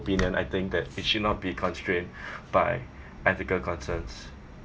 opinion I think that it should not be constrained by ethical concerns